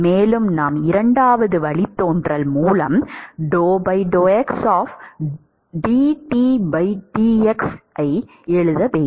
மேலும் நாம் இரண்டாவது வழித்தோன்றல் ஐ எழுத வேண்டும்